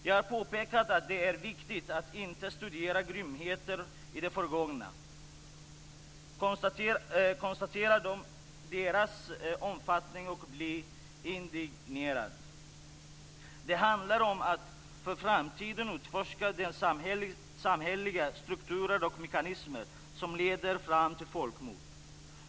Jag har påpekat att det är viktigt att inte bara studera grymheter i det förgångna, konstatera deras omfattning och bli indignerad. Det handlar om att för framtiden utforska samhälleliga strukturer och mekanismer som leder fram till folkmord.